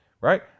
right